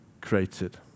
created